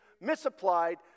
misapplied